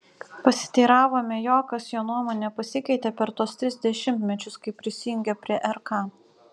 pasiteiravome jo kas jo nuomone pasikeitė per tuos tris dešimtmečius kai prisijungė prie rk